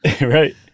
Right